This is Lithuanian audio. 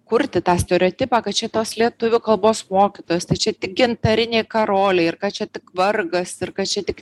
kurti tą stereotipą kad čia tos lietuvių kalbos mokytojos tai čia tik gintariniai karoliai ir kad čia tik vargas ir kad čia tik